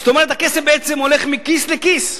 זאת אומרת שהכסף בעצם הולך מכיס לכיס.